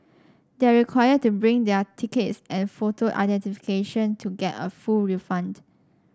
they are required to bring their tickets and photo identification to get a full refund